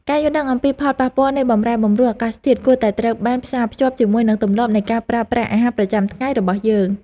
ការយល់ដឹងអំពីផលប៉ះពាល់នៃបម្រែបម្រួលអាកាសធាតុគួរតែត្រូវបានផ្សារភ្ជាប់ជាមួយនឹងទម្លាប់នៃការប្រើប្រាស់អាហារប្រចាំថ្ងៃរបស់យើង។